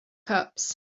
cups